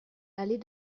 allée